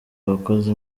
wakoze